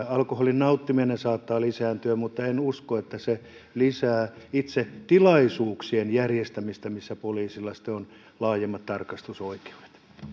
alkoholin nauttiminen saattaa lisääntyä mutta en en usko että se lisää itse tilaisuuksien järjestämistä missä poliisilla sitten on laajemmat tarkastusoikeudet